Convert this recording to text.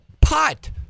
Pot